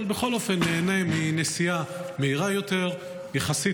אבל בכל אופן נהנה מנסיעה מהירה יותר יחסית.